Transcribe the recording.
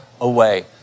away